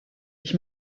ich